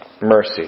mercy